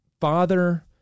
father